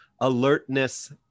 alertness